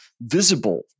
visible